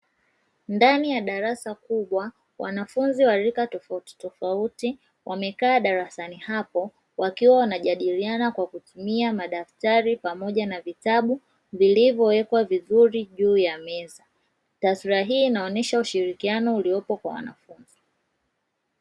Ndani ya darasa kubwa, wanafunzi wa rika tofautitofauti, wamekaa darasani hapo, wakiwa wanajadiliana kwa kutumia madaftari pamoja na vitabu vilivyowekwa vizuri juu ya meza. Taswira hii inaoonyesha ushirikiano uliopo kwa wanafunzi.